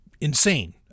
insane